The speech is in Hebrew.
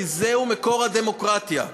כי זהו מקור הדמוקרטיה.